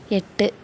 எட்டு